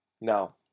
Now